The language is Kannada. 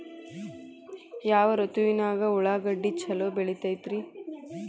ಯಾವ ಋತುವಿನಾಗ ಉಳ್ಳಾಗಡ್ಡಿ ಛಲೋ ಬೆಳಿತೇತಿ ರೇ?